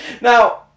Now